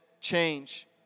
change